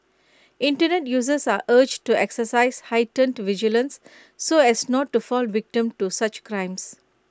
Internet users are urged to exercise heightened vigilance so as not to fall victim to such crimes